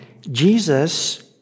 Jesus